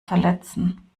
verletzen